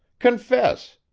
confess!